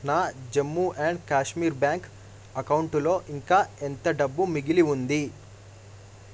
నా Jammu and Kashmir bank అకౌంటులో ఇంకా ఎంత డబ్బు మిగిలి ఉంది